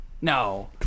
No